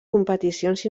competicions